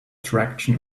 traction